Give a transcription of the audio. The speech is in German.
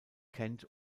kent